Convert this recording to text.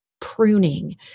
pruning